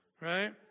right